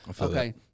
okay